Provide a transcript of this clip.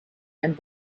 and